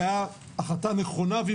האם זה יורד מהשכר שלהם?